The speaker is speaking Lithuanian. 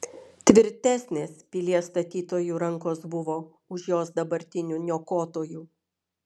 tvirtesnės pilies statytojų rankos buvo už jos dabartinių niokotojų